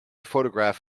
photograph